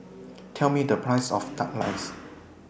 Tell Me The Price of Duck Rice